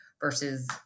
versus